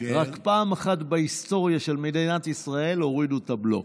רק פעם אחת בהיסטוריה של מדינת ישראל הורידו את הבלו.